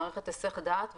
מערכת היסח דעת,